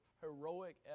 heroic